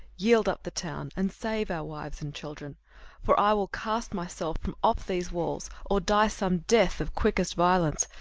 yield up the town, and save our wives and children for i will cast myself from off these walls, or die some death of quickest violence,